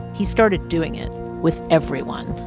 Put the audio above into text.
he started doing it with everyone.